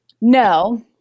No